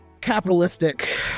capitalistic